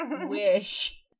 wish